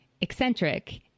eccentric